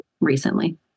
recently